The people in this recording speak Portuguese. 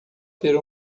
ter